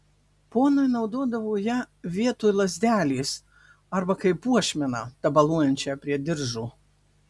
ponai naudodavo ją vietoj lazdelės arba kaip puošmeną tabaluojančią prie diržo